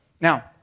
Now